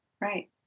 right